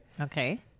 Okay